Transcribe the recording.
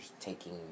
taking